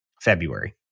February